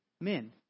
men